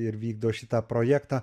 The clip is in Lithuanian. ir vykdo šitą projektą